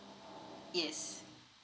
yes